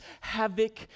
havoc